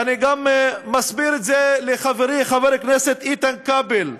ואני גם מסביר את זה לחברי חבר הכנסת איתן כבל,